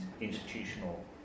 institutional